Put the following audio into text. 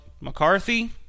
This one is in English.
McCarthy